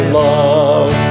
love